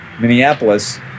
minneapolis